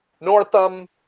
Northam